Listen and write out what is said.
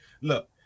Look